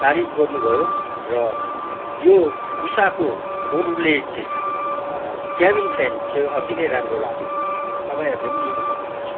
तारिफ गर्नुभयो र यो उषाको फोर ब्लेड क्याबिन फ्यान चाहिँ अति नै राम्रो लाग्यो तपाईँहरूले पनि लिनु सक्नुहुन्छ